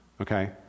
Okay